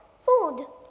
Food